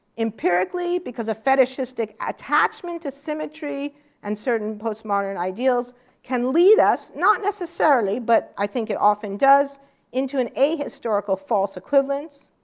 empirically because a fetishistic attachment to symmetry and certain postmodern ideals can lead us not necessarily, but i think it often does into an ahistorical false equivalence,